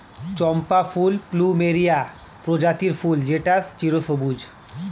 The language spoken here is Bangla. চম্পা ফুল প্লুমেরিয়া প্রজাতির ফুল যেটা চিরসবুজ